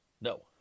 No